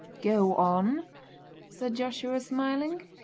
go on said joshua, smiling.